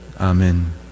Amen